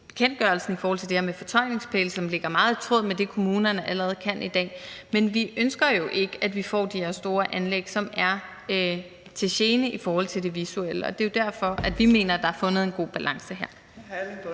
vi ønsker jo ikke, at vi får de her store anlæg, som er til gene i forhold til det visuelle, og det er derfor, vi mener, at der er fundet en god balance her.